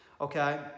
okay